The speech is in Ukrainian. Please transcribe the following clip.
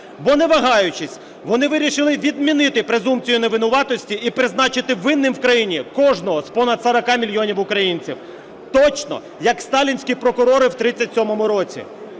Бо не вагаючись, вони вирішили призупинити презумпцію невинуватості і призначити винним в країні кожного з понад 40 мільйонів українців, точно як сталінські прокурори в 1937 році.